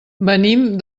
venim